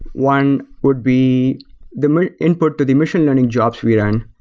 one would be the input to the machine learning jobs we run.